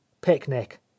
Picnic